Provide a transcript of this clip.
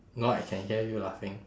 no I can hear you laughing